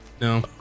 no